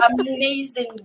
amazing